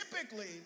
Typically